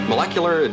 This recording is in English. Molecular